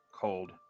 cold